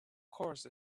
course